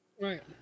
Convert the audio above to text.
Right